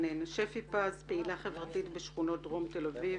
שפי פז, פעילה חברתית בשכונות דרום תל אביב,